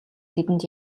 тэдэнд